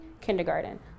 kindergarten